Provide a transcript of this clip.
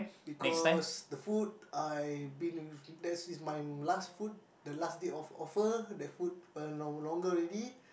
because the food I been that is my last food the last date of offer the food no longer already